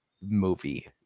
movie